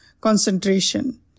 concentration